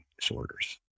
disorders